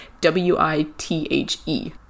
W-I-T-H-E